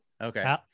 Okay